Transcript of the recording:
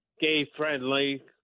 gay-friendly